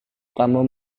kamu